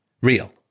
real